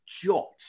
jot